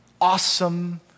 awesome